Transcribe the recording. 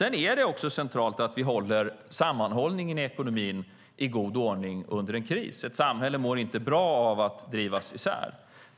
Sedan är det också centralt att vi håller sammanhållningen i ekonomin i god ordning under en kris. Ett samhälle mår inte bra av att drivas isär.